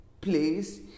place